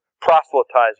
proselytizing